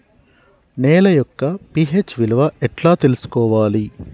నేల యొక్క పి.హెచ్ విలువ ఎట్లా తెలుసుకోవాలి?